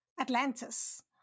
Atlantis